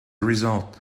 result